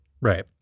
Right